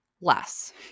less